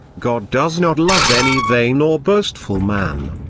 god does not love any vain or boastful man.